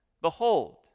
Behold